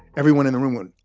everyone in the room went,